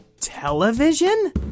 television